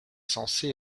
censés